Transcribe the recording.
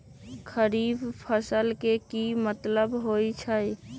खरीफ फसल के की मतलब होइ छइ?